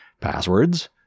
passwords